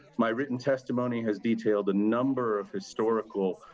my written testimony, has detailed a number of historical,